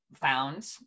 found